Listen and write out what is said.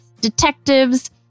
detectives